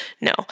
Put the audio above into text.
No